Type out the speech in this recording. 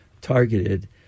targeted